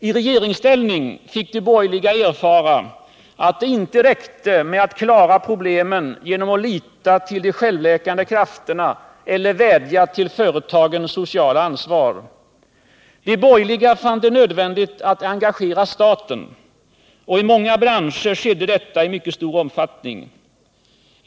I regeringsställning fick de borgerliga erfara att det för att klara problemen inte räckte med att lita till de ”självläkande krafterna” eller vädja till företagen om socialt ansvar. De borgerliga fann det nödvändigt att engagera staten. Och i många branscher skedde detta i mycket stor omfattning.